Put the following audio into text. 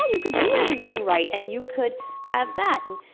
ah you could do everything right and you could have that. and